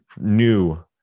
new